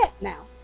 now